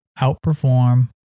outperform